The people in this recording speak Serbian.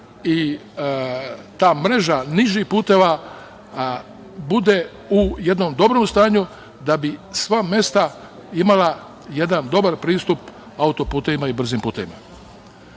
i ta mreža nižih puteva bude u jednom dobrom stanju da bi sva mesta imala jedan dobar pristup autoputevima i brzim putevima. Zato